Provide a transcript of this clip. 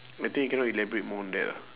I think I cannot elaborate more on that ah